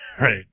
Right